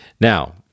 Now